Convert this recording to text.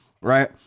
right